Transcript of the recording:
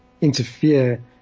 interfere